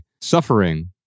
suffering